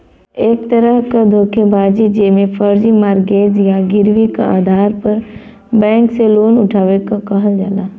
एक तरह क धोखेबाजी जेमे फर्जी मॉर्गेज या गिरवी क आधार पर बैंक से लोन उठावे क कहल जाला